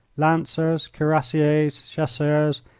lancers, cuirassiers, chasseurs,